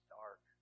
dark